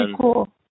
cool